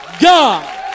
God